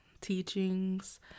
teachings